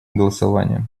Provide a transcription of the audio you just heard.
голосования